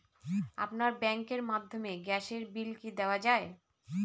আপনার ব্যাংকের মাধ্যমে গ্যাসের বিল কি দেওয়া য়ায়?